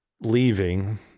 leaving